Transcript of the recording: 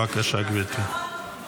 בבקשה, גברתי.